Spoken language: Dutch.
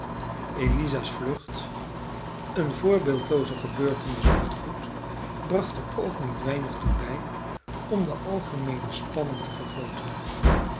eliza's vlucht eene voorbeeldelooze gebeurtenis op het goed bracht er ook niet weinig toe bij om de algemeene spanning te vergrooten